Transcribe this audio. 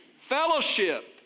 fellowship